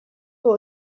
will